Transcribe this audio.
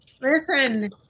Listen